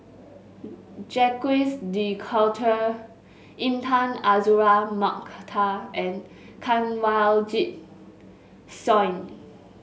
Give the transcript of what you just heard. Jacques De Coutre Intan Azura Mokhtar and Kanwaljit Soin